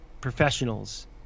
professionals